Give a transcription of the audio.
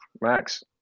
Max